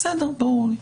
ברור לי.